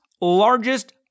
largest